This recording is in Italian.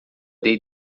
dei